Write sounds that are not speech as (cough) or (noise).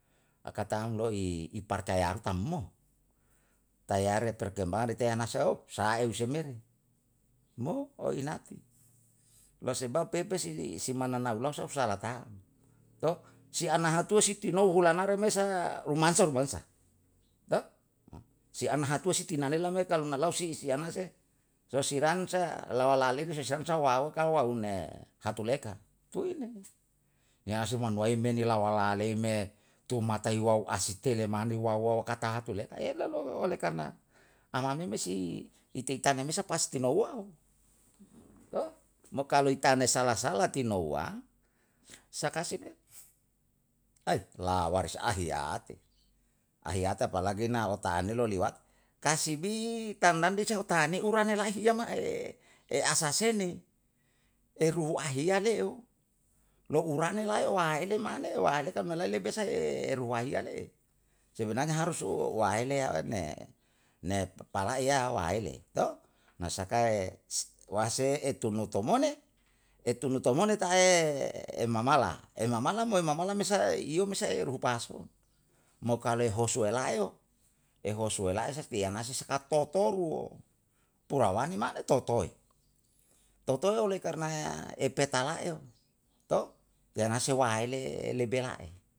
Pakatam lo i, ipar tayare tam mo? Tayare perkembangan itai yanasa (hesitation) saha eu semeri, mo o inati lo sebab pepesi si mananaulau sa usalah tam, to? Si anahatuwe si tinou halanare mesa, rumansa rumansa to? (hesitation) si anahatuwe si tinalela me kalu nalau si anase, sosiran sa lawala aleu si sansa waukal waune hatuleka, tuine. Niyasu manuwei me ni lawa la'a leime tumata iwau asitele mane wau wau kata hati le yao le oleh karna amama meme si itei tane mesa pasti nouwa (hesitation) to? Mo kalu itanai sala sala, tinouwa sakasi le, ai waris la'ahiyate, ahiyate apalagi na lota'anelo lewat, kasibi tandang dia seng utahane urane lahiya ma'e asasene, eruhu ahiyale'o, lau urane lae waele mane, waele ka malai lebe sai (hesitation) ruhaiya me le. Sebenarnya uwaele yo'one, ye palaiya waele. (hesitation) na saka e, etunuto mone, etunoto mone ta'e emamala, emamala moe mamala sae iyom isahe ruhu pason. mokalu hosu elae yo? Ehosu elae tiyanase saka totoru, (hesitation) pulawani mane totoe, totoe oleh karna epetala'eyo, to? Jang hase waele lebe lai